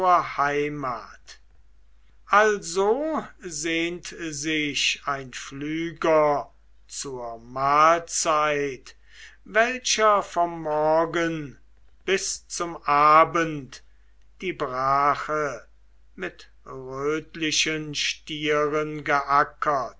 heimat also sehnt sich ein pflüger zur mahlzeit welcher vom morgen bis zum abend die brache mit rötlichen stieren geackert